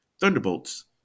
Thunderbolts